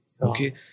Okay